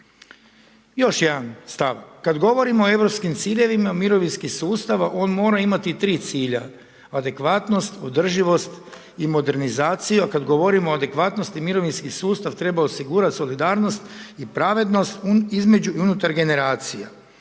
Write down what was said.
Još jedan stav. Kada govorimo o europskim ciljevima, mirovinski sustav on mora imati tri cilja adekvatnost, održivost i modernizacija. A kada govorimo o adekvatnosti mirovinski sustav treba osigurati solidarnost i pravednost između i unutar generacija.